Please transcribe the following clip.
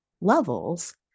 levels